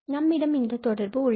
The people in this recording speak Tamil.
நம்மிடம் இந்த தொடர்பு உள்ளது